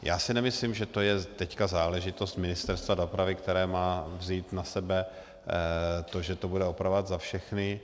Já si nemyslím, že to je teď záležitost Ministerstva dopravy, které má vzít na sebe to, že to bude opravovat za všechny.